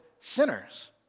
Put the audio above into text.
sinners